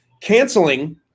canceling